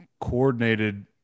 coordinated